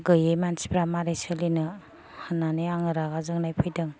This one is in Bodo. गैयै मानसिफ्रा मारै सोलिनो होननानै आङो रागा जोंनाय फैदों